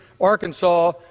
Arkansas